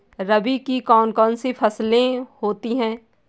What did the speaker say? रबी की कौन कौन सी फसलें होती हैं?